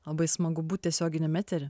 labai smagu būt tiesioginiam etery